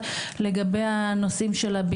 שאצלנו,